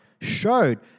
showed